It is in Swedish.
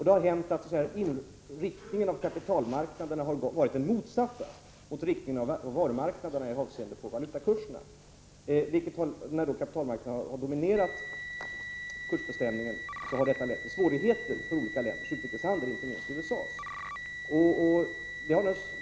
Det har hänt att kapitalmarknaderna har gått i en riktning som varit den motsatta i förhållande till varumarknaderna med avseende på valutakurserna. När då kapitalmarknaderna har dominerat kursbestämningen har detta lett till svårigheter för olika länders utrikeshandel, inte minst USA:s.